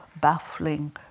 baffling